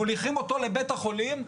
מוליכים אותו לבית החולים,